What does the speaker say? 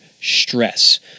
stress